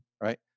right